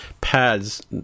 pads